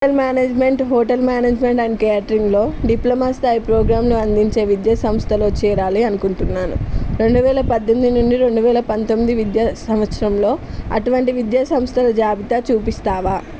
ల్ management hotel management and కేటరింగ్లో diploma స్థాయి ప్రోగ్రాంలు అందించే విద్యా సంస్థలో చేరాలి అనుకుంటున్నాను రెండు వేల పద్దెనిమిది నుండి రెండు వేల పంతొమ్మిది విద్యా సంవత్సరంలో అటువంటి విద్యా సంస్థల జాబితా చూపిస్తావా